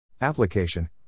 Application